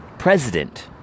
president